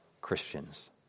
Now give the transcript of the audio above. Christians